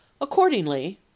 Accordingly